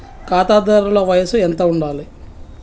ఖాతాదారుల వయసు ఎంతుండాలి?